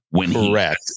Correct